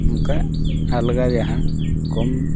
ᱱᱚᱝᱠᱟ ᱟᱞᱜᱟ ᱡᱟᱦᱟᱸ ᱠᱚᱢ